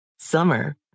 summer